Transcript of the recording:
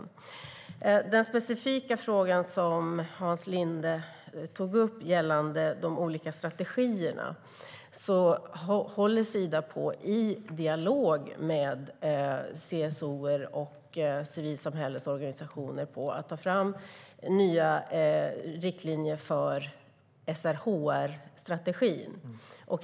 När det gäller den specifika fråga som Hans Linde tog upp gällande de olika strategierna håller Sida, i dialog med CSO-er och civilsamhällets organisationer, på att ta fram nya riktlinjer för SRHR-strategin.